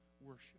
worship